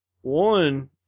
one